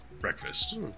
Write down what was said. breakfast